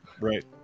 right